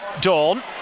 Dawn